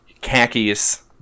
khakis